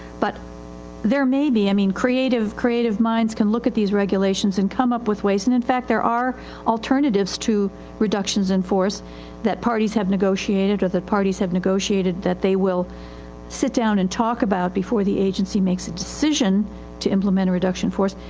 but there may be, i mean creative, creative minds can look at these regulations and come up with ways. and in fact there are alternatives to reductions in force that parties have negotiated or that parties have negotiated that they will sit down and talk about before the agency makes a decision to implement a reduction in force.